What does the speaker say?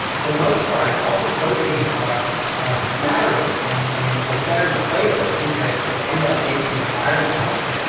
for the most part, all these proteins are our smatterings. and and what centers the plate of the things that that end up making an environment healthy?